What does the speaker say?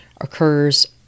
occurs